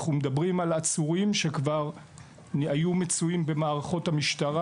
אנחנו מדברים על עצורים שכבר היו מצויים במערכות המשטרה